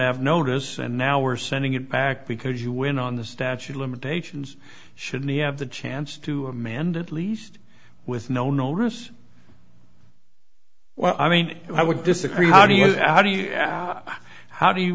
have notice and now we're sending it back because you win on the statute limitations shouldn't he have the chance to amanda at least with no notice well i mean i would disagree how do you how do you how do you